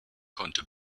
konnte